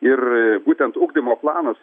ir būtent ugdymo planas